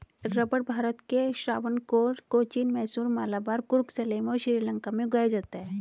रबड़ भारत के त्रावणकोर, कोचीन, मैसूर, मलाबार, कुर्ग, सलेम और श्रीलंका में उगाया जाता है